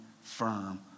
firm